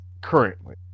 currently